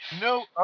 No